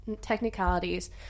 technicalities